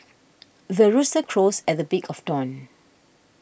the rooster crows at the break of dawn